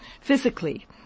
physically